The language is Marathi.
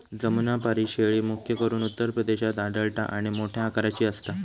जमुनापारी शेळी, मुख्य करून उत्तर प्रदेशात आढळता आणि मोठ्या आकाराची असता